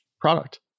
product